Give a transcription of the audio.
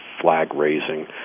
flag-raising